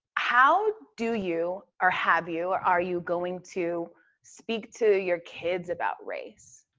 how do you, or have you, or are you going to speak to your kids about race?